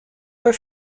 were